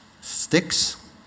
Sticks